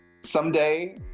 Someday